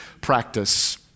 practice